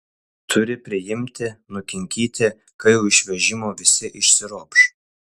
turi priimti nukinkyti kai jau iš vežimo visi išsiropš